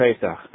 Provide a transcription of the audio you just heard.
pesach